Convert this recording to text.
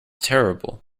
terrible